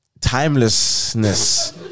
Timelessness